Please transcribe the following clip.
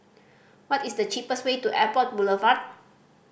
what is the cheapest way to Airport Boulevard